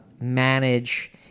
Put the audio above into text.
manage